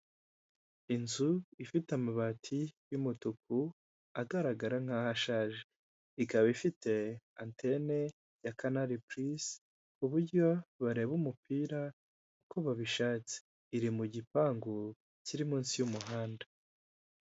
Inzu ifite amabati y'umutuku agaragara nkaho ashaje ikaba ifite antene ya kanari purisi kuburyo bareba umupira uko babishatse iri mu gipangu kiri munsi y'umuhanda